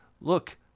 look